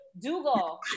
Dougal